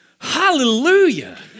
hallelujah